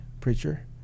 preacher